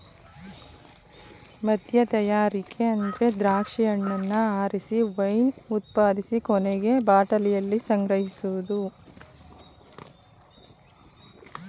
ಮದ್ಯತಯಾರಿಕೆ ಅಂದ್ರೆ ದ್ರಾಕ್ಷಿ ಹಣ್ಣನ್ನ ಆರಿಸಿ ವೈನ್ ಉತ್ಪಾದಿಸಿ ಕೊನೆಗೆ ಬಾಟಲಿಯಲ್ಲಿ ಸಂಗ್ರಹಿಸೋದು